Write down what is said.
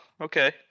okay